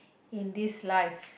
in this life